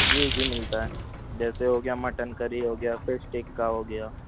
جی جی ملتا ہے جیسے ہو گیا مٹن کری ہو گیا فش ٹکا ہو گیا